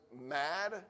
mad